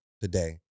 today